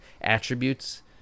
attributes